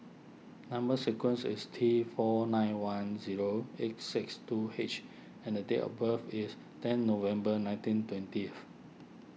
Number Sequence is T four nine one zero eight six two H and date of birth is ten November nineteen twentieth